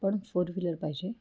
पण four wheeler पाहिजे